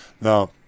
Now